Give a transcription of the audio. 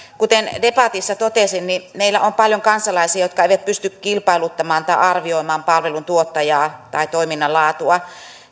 kuten debatissa totesin meillä on paljon kansalaisia jotka eivät pysty kilpailuttamaan tai arvioimaan palveluntuottajaa tai toiminnan laatua